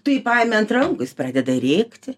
tu jį paimi ant rankų jis pradeda rėkti